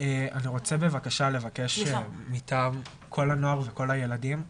אני רוצה בבקשה לבקש מטעם כל הנוער וכל הילדים,